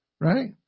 right